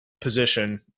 position